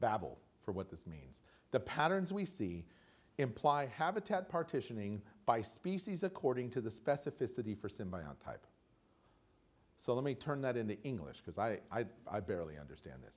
babble for what this means the patterns we see imply habitat partitioning by species according to the specificity for symbiote type so let me turn that in the english because i barely understand